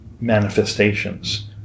manifestations